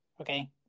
Okay